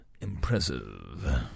Impressive